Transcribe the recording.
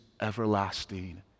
everlasting